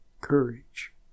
courage